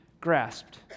grasped